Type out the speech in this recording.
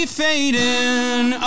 fading